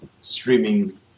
streaming